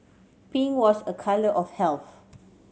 pink was a colour of health